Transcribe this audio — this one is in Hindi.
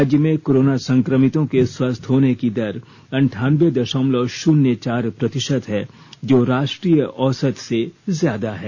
राज्य में कोरोना संकमितों के स्वस्थ होने की दर अंठानवें दशमलव शून्य चार प्रतिशत है जो राष्ट्रीय औसत से ज्यादा है